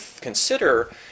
consider